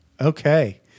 Okay